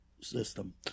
system